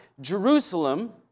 Jerusalem